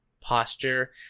posture